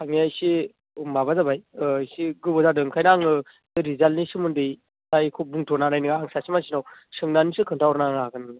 थाङैया इसि माबा जाबाय ओ इसि गोबाव जादों ओंखायनो आङो रिजाल्टनि सोमोन्दै दा इखौ बुंथनो हानाय आं सासे मानसिनाव सोंनानैसो खिनथाहरनो हागोन नोंनो